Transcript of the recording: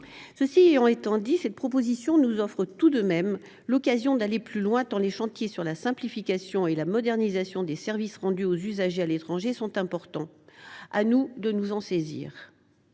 Cependant, cette proposition de loi nous offre l’occasion d’aller plus loin, tant les chantiers sur la simplification et la modernisation des services rendus aux usagers à l’étranger sont importants. À nous de nous en saisir